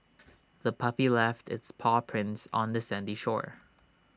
the puppy left its paw prints on the sandy shore